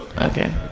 okay